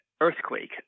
earthquake